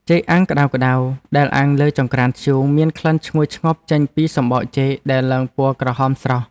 ចេកអាំងក្តៅៗដែលអាំងលើចង្ក្រានធ្យូងមានក្លិនឈ្ងុយឈ្ងប់ចេញពីសំបកចេកដែលឡើងពណ៌ក្រហមស្រស់។